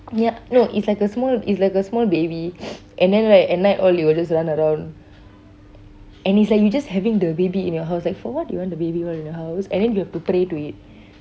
yup no it's like a small it's like a small baby and then right at night all they will just run around and it's like you just having baby in your house like for what you want the baby all and then they'll pray to it